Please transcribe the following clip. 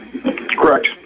Correct